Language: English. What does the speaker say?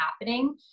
happening